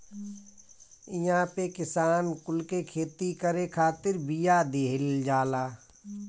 इहां पे किसान कुल के खेती करे खातिर बिया दिहल जाला